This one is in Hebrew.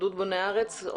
התאחדות בוני הארץ.